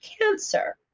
cancer